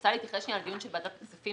אני רוצה להתייחס לדיון בוועדת הכספים